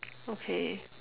okay